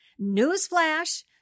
Newsflash